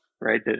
right